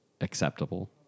acceptable